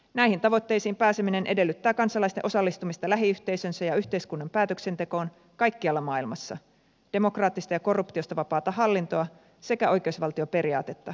näihin tavoitteisiin pääseminen edellyttää kansalaisten osallistumista lähiyhteisönsä ja yhteiskunnan päätöksentekoon kaikkialla maailmassa demokraattista ja korruptiosta vapaata hallintoa sekä oikeusvaltioperiaatetta